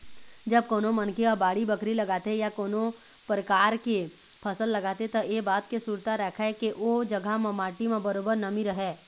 जब कोनो मनखे ह बाड़ी बखरी लगाथे या अउ कोनो परकार के फसल लगाथे त ऐ बात के सुरता राखय के ओ जघा म माटी म बरोबर नमी रहय